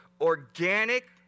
organic